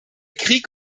krieg